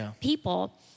people